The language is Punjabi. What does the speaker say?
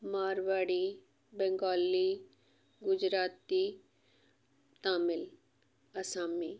ਮਾਰਵਾੜੀ ਬੰਗਾਲੀ ਗੁਜਰਾਤੀ ਤਾਮਿਲ ਅਸਾਮੀ